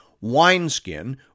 wineskin